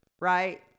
right